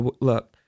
look